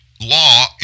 law